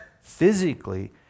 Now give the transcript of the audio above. physically